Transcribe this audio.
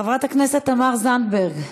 חברת הכנסת תמר זנדברג.